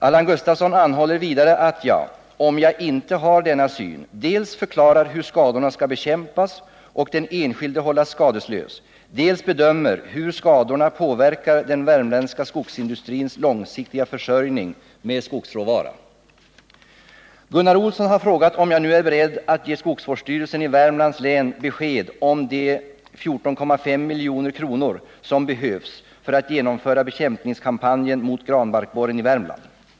Allan Gustafsson anhåller vidare att jag, om jag inte har denna syn, dels förklarar hur skadorna skall bekämpas och den enskilde hållas skadeslös, dels bedömer hur skadorna påverkar den värmländska skogsindustrins långsiktiga försörjning med skogsråvara. Gunnar Olsson har frågat om jag nu är beredd ge skogsvårdsstyrelsen i Värmlands län besked om de 14,5 milj.kr. som behövs för att genomföra bekämpningskampanjen mot granbarkborren i Värmland.